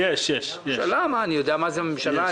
אני יודע מה זה ממשלה?